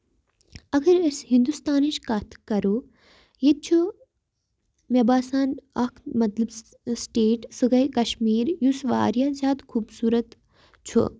اَگر أسۍ ہِندوستانٕچ کَتھ کَرو ییٚتہِ چھُ مےٚ باسان اکھ مطلب سِٹیٹ سُہ گٔیے کَشمیٖر یُس واریاہ زیادٕ خوٗبصوٗرت چھُ